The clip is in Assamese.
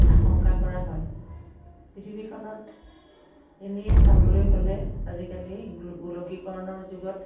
আশংকা কৰা হয় পৃথিৱীখনত এনেই চাবলৈ হ'লে আজিকালি গোলকীকৰণৰ যুগত